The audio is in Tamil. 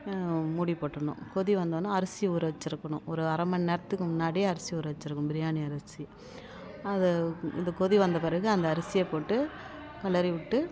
மூடி போட்டுடணும் கொதி வந்தவொடனே அரிசி ஊற வச்சுருக்கணும் ஒரு அரை மணிநேரத்துக்கு முன்னாடியே அரிசி ஊற வச்சுருக்கணும் பிரியாணி அரிசி அதை இது கொதி வந்த பிறகு அந்த அரிசியை போட்டு கிளரி விட்டு